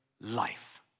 life